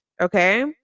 okay